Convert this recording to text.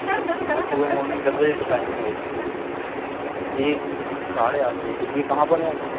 जी ठीक है सुबह मॉर्निंग दस बजे से टाइमिंग है इसका यह साढ़े आठ बजे से यह कहाँ पर है आपका